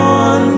on